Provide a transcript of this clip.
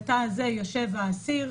בו יושב האסיר.